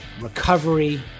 recovery